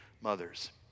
mothers